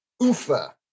UFA